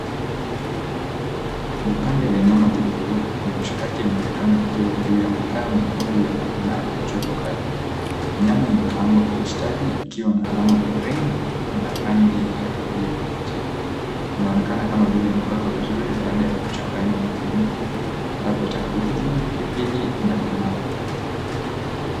Vipande vya nyama vilivyowekwa kwenye mshikaki inaonekana vikiwa juu ya makaa mekundu yanayong'aa kwa joto kali. Nyama imekaangwa kwa ustadi ikiwa na alama za grill na rangi ya kahawia ya kuvutia. Inaonekana kama vile imewekwa vizuri baada ya kuchanganywa na viungo labda tangawizi, pilipili, na limau.